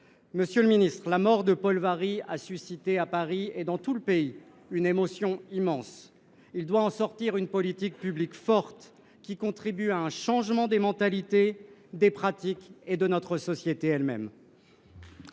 et de la justice ? La mort de Paul Varry a suscité à Paris et dans tout le pays une émotion immense, dont doit naître une politique publique forte, contribuant à un changement des mentalités, des pratiques et de notre société elle même.